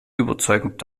überzeugend